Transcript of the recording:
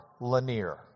Lanier